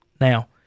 Now